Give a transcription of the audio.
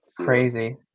crazy